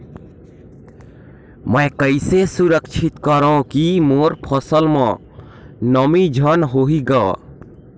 मैं कइसे सुरक्षित करो की मोर फसल म नमी झन होही ग?